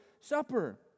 Supper